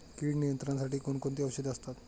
कीड नियंत्रणासाठी कोण कोणती औषधे असतात?